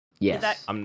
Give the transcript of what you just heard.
Yes